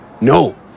No